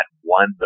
one